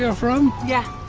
yeah from? yeah.